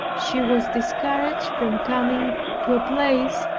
she was discouraged from coming to a place,